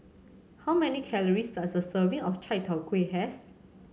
how many calories does a serving of Chai Tow Kuay have